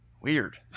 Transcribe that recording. weird